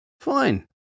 Fine